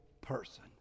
person